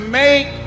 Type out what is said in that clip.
make